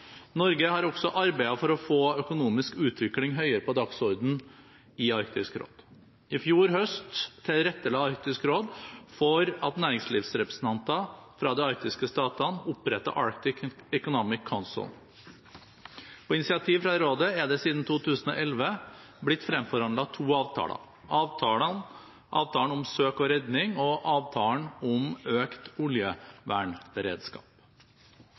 Norge har også arbeidet for å få økonomisk utvikling høyere på dagsordenen i Arktisk råd. I fjor høst tilrettela Arktisk råd for at næringslivsrepresentanter fra de arktiske statene opprettet Arctic Economic Council. På initiativ fra rådet er det siden 2011 blitt fremforhandlet to avtaler: avtalen om søk og redning og avtalen om økt oljevernberedskap.